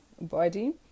body